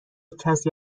کسی